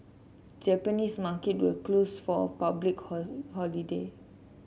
Japanese market were closed for a public holiday